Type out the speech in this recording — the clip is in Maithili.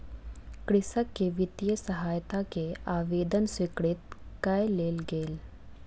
कृषक के वित्तीय सहायता के आवेदन स्वीकृत कय लेल गेल